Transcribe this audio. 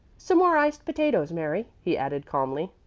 some more iced potatoes, mary, he added, calmly.